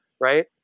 Right